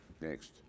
Next